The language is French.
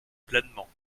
pleinement